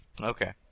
Okay